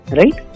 right